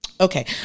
Okay